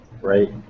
Right